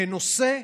כנושא,